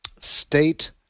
state